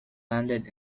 landed